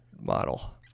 model